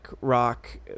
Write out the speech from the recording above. rock